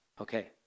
Okay